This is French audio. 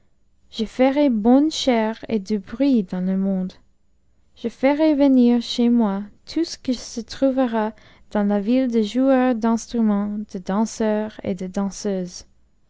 je ferai bonne chère et du bruit dans le monde je ferai venir chez moi tout ce qui se trouvera dans la ville de joueurs d'instruments de danseurs et de danseuses